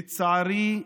לצערי,